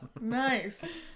Nice